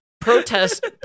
protest